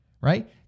right